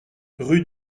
rue